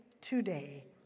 today